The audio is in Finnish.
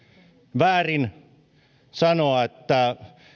väärin sanoa että